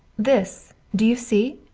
this do you see?